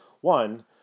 one